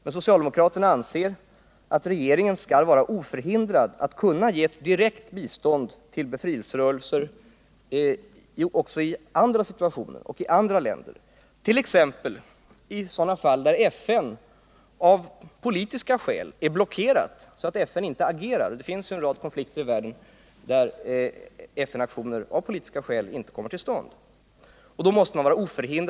Men socialdemokraterna anser att regeringen skall vara oförhindrad att ge ett direkt bistånd till befrielserörelser också i andra situationer och i andra länder, t.ex. i sådana fall när FN av politiska skäl är blockerat. Det finns ju en rad konflikter i världen där FN aktioner inte kommer till stånd till följd av olika slags politiska blockeringar.